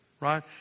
right